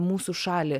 mūsų šalį